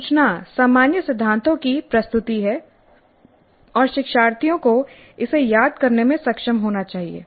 सूचना सामान्य सिद्धांतों की प्रस्तुति है और शिक्षार्थियों को इसे याद करने में सक्षम होना चाहिए